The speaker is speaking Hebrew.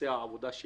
ויבצע עבודה-